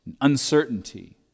uncertainty